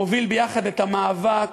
מוביל ביחד את המאבק,